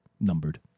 numbered